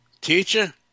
Teacher